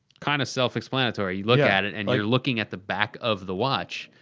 kind of self-explanatory. you look at it, and you're looking at the back of the watch,